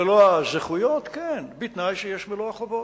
מלוא הזכויות, כן, בתנאי שיש מלוא החובות.